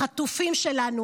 החטופים שלנו